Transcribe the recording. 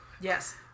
Yes